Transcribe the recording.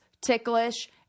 Ticklish